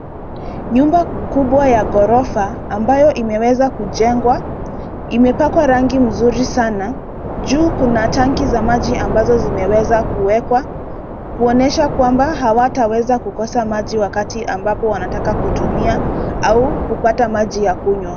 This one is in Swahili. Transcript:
Nyumba kubwa ya ghorofa ambayo imeweza kujengwa imepakwa rangi mzuri sana. Juu kuna tanki za maji ambazo zimeweza kuwekwa, kuonyesha kwamba hawataweza kukosa maji wakati ambapo wanataka kutumia au kupata maji ya kunywa.